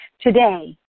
today